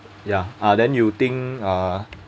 ya ah then you think uh